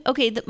Okay